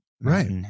Right